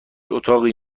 اتاقی